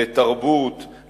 לתרבות,